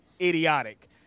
idiotic